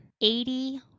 Eighty